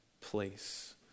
place